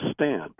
stand